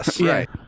right